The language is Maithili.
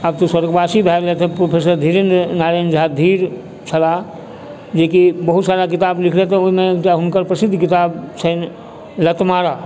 आब तऽ ओ स्वर्गवासी भए गेलथि हँ प्रोफेसर धीरेन्द्र नारायण झा धीर छलाह जेकि बहुत सारा किताब लिखलथि हँ ओहिमे एकटा हुनकर प्रसिद्ध किताब छनि लतमारा